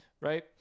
Right